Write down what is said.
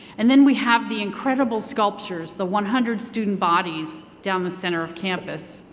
and then we have the incredible sculptures, the one hundred student bodies down the center of campus.